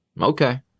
Okay